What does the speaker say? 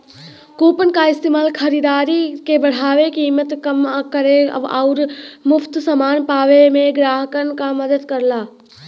coupon क इस्तेमाल खरीदारी के बढ़ावे, कीमत कम करे आउर मुफ्त समान पावे में ग्राहकन क मदद करला